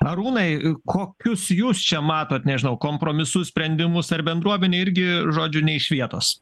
arūnai kokius jūs čia matote nežinau kompromisu sprendimus ar bendruomenė irgi žodžiu nei iš vietos